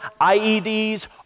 IEDs